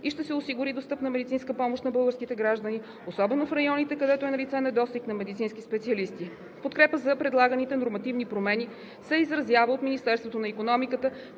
и ще се осигури достъпна медицинска помощ на българските граждани, особено в районите, където е налице недостиг на медицински специалисти. Подкрепа за предлаганите нормативни промени се изразява от Министерството на икономиката,